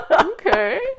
okay